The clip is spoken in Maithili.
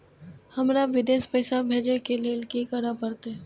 हमरा विदेश पैसा भेज के लेल की करे परते?